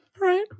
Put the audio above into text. right